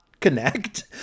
Connect